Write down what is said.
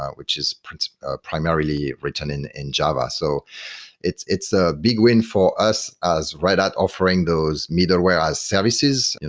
um which is primarily written in in java. so it's it's a big win for us as red hat ah offering those middleware as services,